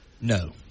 No